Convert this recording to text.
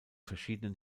verschiedenen